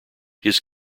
his